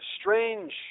strange